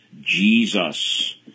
Jesus